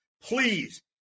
please